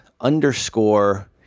underscore